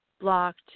blocked